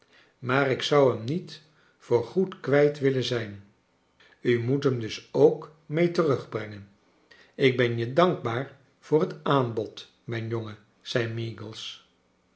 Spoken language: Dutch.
maar ik zou hem niet voor goed kwijt willen zijn u moet hem dus ook mee terugbrengen ik ben je dankbaar voor het aanbod mijn jongen zei